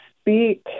speak